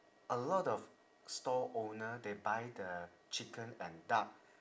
a lot of stall owner they buy the chicken and duck